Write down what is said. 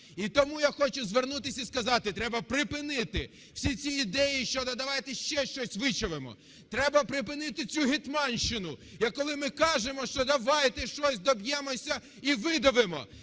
І тому я хочу звернутися і сказати: треба припинити всі ці ідеї щодо давайте ще щось вичавимо. Треба припинити цю "гетьманщину", коли ми кажемо, що давайте щось доб'ємося і видавимо.